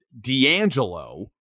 D'Angelo